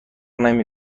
نمی